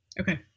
Okay